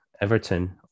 everton